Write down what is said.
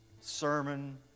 sermon